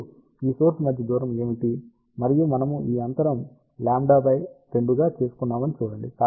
ఇప్పుడు ఈ సోర్స్ మధ్య దూరం ఏమిటి మరియు మనము ఈ అంతరం λ2 చేసుకున్నామని చూడండి